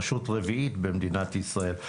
רשות רביעית במדינת ישראל,